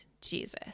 Jesus